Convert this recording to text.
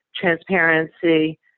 transparency